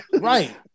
right